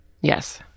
yes